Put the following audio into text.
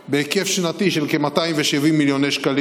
בהיקף שנתי של כ-270 מיליוני שקלים.